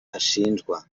ashinjwa